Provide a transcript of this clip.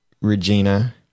Regina